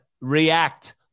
react